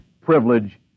privilege